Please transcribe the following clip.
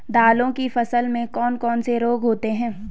दालों की फसल में कौन कौन से रोग होते हैं?